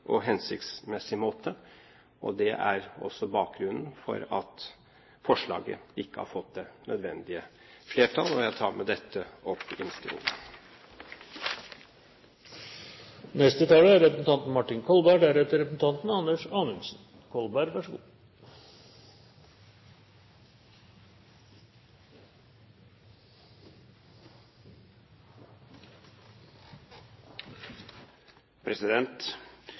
og hensiktsmessig måte. Det er også bakgrunnen for at forslaget ikke har fått det nødvendige flertall. Jeg vil med dette